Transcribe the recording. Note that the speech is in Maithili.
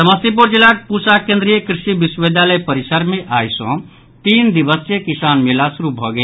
समस्तीपुर जिलाक पुसा केंद्रीय कृषि विश्वविद्यालय परिसर मे आइ सँ तीन दिवसीय किसान मेला शुरू भऽ गेल